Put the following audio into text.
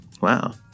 Wow